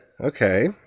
okay